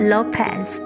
Lopez